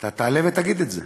אתה תעלה ותגיד את זה.